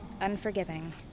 unforgiving